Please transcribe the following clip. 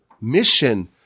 mission